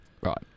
right